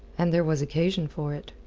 and there was occasion for it.